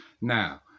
now